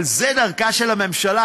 אבל זו דרכה של הממשלה,